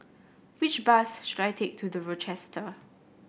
which bus should I take to The Rochester